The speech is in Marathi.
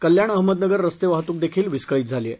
कल्याण अहमदनगर रस्ते वाहतूक देखील विस्कळीत झाली आहे